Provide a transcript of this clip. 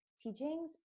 teachings